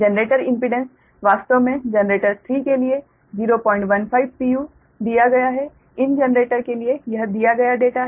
generator impedance वास्तव में generator 3 के लिए 0 𝟏𝟓 pu दिया इन जनरेटर के लिए यह दिया गया डेटा है